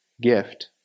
gift